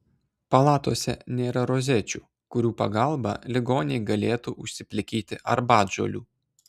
palatose nėra rozečių kurių pagalba ligoniai galėtų užsiplikyti arbatžolių